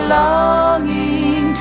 longing